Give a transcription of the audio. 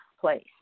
place